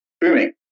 booming